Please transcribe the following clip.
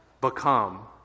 become